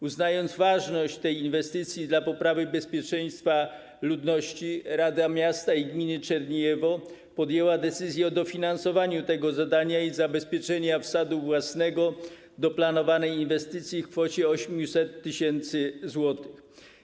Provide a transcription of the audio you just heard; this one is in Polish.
Uznając ważność tej inwestycji dla poprawy bezpieczeństwa ludności, rada miasta i gminy Czerniejewo podjęła decyzję o dofinansowaniu tego zadania i zabezpieczeniu wsadu własnego do planowanej inwestycji w kwocie 800 tys. zł.